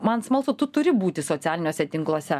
man smalsu tu turi būti socialiniuose tinkluose